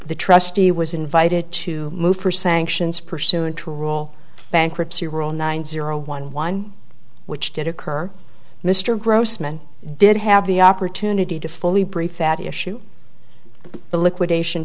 the trustee was invited to move for sanctions pursuant to rule bankruptcy rule nine zero one one which did occur mr grossman did have the opportunity to fully briefed that issue the liquidation